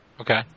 Okay